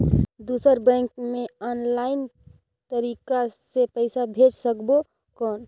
दुसर बैंक मे ऑफलाइन तरीका से पइसा भेज सकबो कौन?